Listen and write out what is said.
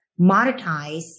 monetize